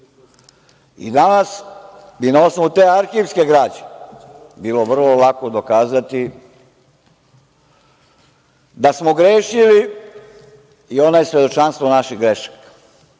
Danas bi na osnovu te arhivske građe bilo vrlo lako dokazati da smo grešili i ona je svedočanstvo naših grešaka. Mi